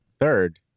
Third